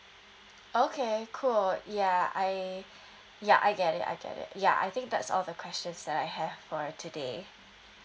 okay cool ya I ya I get it I get it ya I think that's all the questions that I have for today